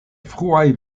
fruaj